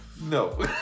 No